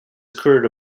occurred